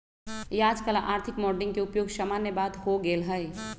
याजकाल आर्थिक मॉडलिंग के उपयोग सामान्य बात हो गेल हइ